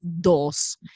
dos